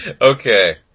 Okay